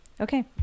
Okay